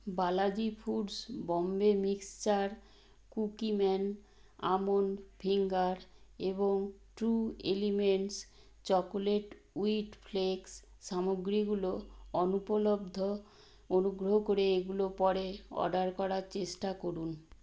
Balaji foods Bombay mixture Cookieman almond finger এবং true elements chocolate wheat flakes সামগ্রীগুলো অনুপলব্ধ অনুগ্রহ করে এগুলো পরে অর্ডার করার চেষ্টা করুন